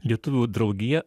lietuvių draugija